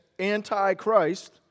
anti-Christ